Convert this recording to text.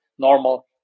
normal